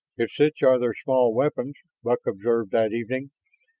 if such are their small weapons, buck observed that evening,